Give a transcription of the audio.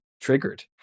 triggered